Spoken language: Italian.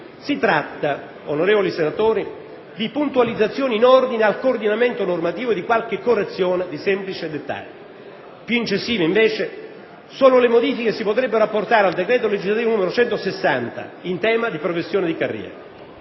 si tratta, onorevoli senatori, di puntualizzazioni in ordine al coordinamento normativo e di qualche correzione di semplice dettaglio. Più incisive, invece, sono le modifiche che si potrebbero apportare al decreto legislativo n. 160 del 2006, in tema di progressione di carriera;